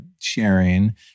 sharing